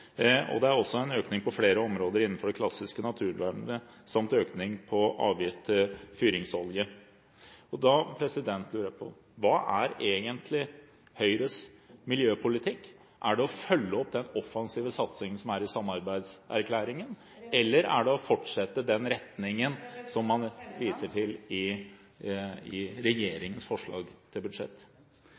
kutt. Det er også en økning på flere områder innenfor det klassiske naturvernet samt økning av avgifter på fyringsolje. Da lurer jeg på hva som egentlig er Høyres miljøpolitikk. Er det å følge opp den offensive satsingen som er i samarbeidserklæringen, eller er det å fortsette den retningen som man viser til i regjeringens forslag til budsjett?